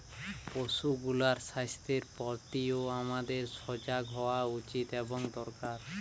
পশুগুলার স্বাস্থ্যের প্রতিও আমাদের সজাগ হওয়া উচিত এবং দরকার